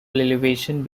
elevation